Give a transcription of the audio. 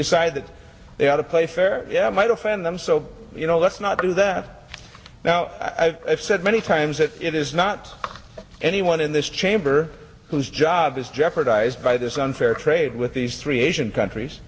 decide that they are to play fair yeah i might offend them so you know let's not do that now i've said many times that it is not anyone in this chamber whose job is jeopardized by this unfair trade with these three asian countries